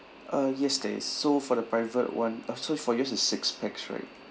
uh yes there is so for the private [one] I'm sorry for yours is six pax right